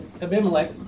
Abimelech